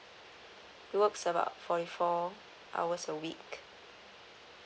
he works about forty four hours a week